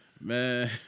Man